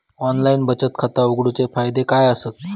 Online बचत खाता उघडूचे फायदे काय आसत?